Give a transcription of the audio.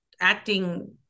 acting